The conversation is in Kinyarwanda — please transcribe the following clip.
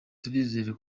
turizera